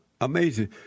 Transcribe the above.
Amazing